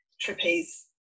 trapeze